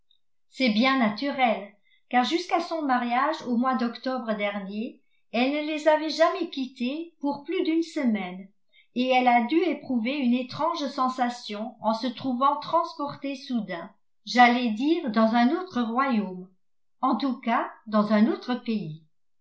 c'est bien naturel car jusqu'à son mariage au mois d'octobre dernier elle ne les avait jamais quittés pour plus d'une semaine et elle a dû éprouver une étrange sensation en se trouvant transportée soudain j'allais dire dans un autre royaume en tout cas dans un autre pays